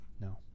No